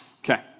Okay